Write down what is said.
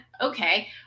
Okay